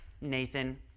Nathan